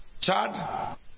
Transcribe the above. Chad